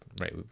right